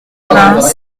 vingts